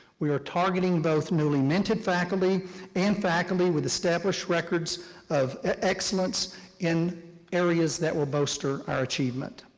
we are targeting both newly-minted faculty and faculty with established records of excellence in areas that will bolster our achievement.